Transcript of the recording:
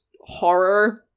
horror